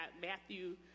Matthew